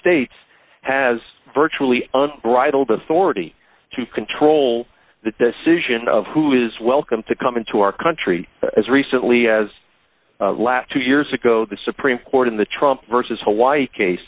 states has virtually bridled authority to control the decision of who is welcome to come into our country as recently as last two years ago the supreme court in the trump versus hawaii